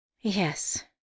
Yes